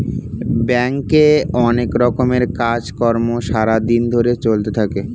ব্যাংকে অনেক রকমের কাজ কর্ম সারা দিন ধরে চলতে থাকে